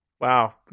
Wow